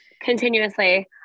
Continuously